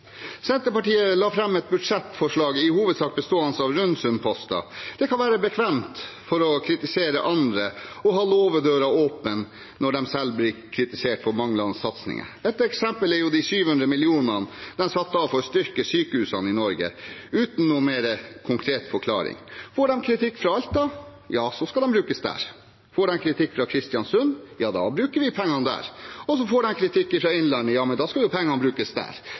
Senterpartiet la fram et budsjettforslag i hovedsak bestående av rund sum-poster. Det kan være bekvemt, for å kritisere andre, å holde låvedøren åpen når en selv blir kritisert for manglende satsinger. Et eksempel er de 700 mill. kr en satte av for å styrke sykehusene i Norge, uten noe mer konkret forklaring. Får de kritikk fra Alta, ja så skal de brukes der. Får de kritikk fra Kristiansund, ja da bruker vi pengene der. Får de kritikk fra Innlandet, skal pengene brukes der.